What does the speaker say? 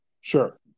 sure